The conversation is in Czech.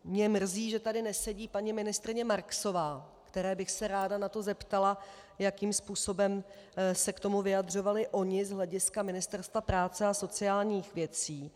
Mě mrzí, že tady nesedí paní ministryně Marksová, které bych se ráda na to zeptala, jakým způsobem se k tomu vyjadřovali oni z hlediska Ministerstva práce a sociálních věcí.